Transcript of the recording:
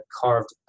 carved